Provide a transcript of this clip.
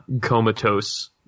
comatose